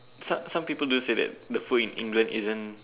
some some people do say that the food in England isn't